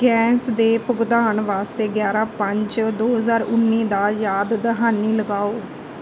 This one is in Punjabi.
ਗੈਂਸ ਦੇ ਭੁਗਤਾਨ ਵਾਸਤੇ ਗਿਆਰ੍ਹਾਂ ਪੰਜ ਦੋ ਹਜ਼ਾਰ ਉੱਨੀ ਦਾ ਯਾਦ ਦਹਾਨੀ ਲਗਾਓ